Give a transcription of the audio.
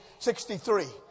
63